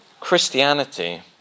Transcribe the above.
Christianity